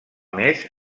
més